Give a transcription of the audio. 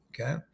okay